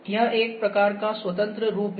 यह एक प्रकार का स्वतंत्र रूप है